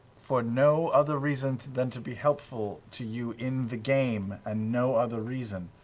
for no other reasons than to be helpful to you in the game and no other reason,